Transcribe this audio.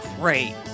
great